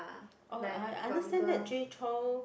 oh I I understand that Jay-Chou